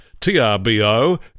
TRBO